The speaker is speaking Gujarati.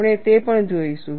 આપણે તે પણ જોઈશું